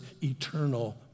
eternal